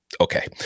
Okay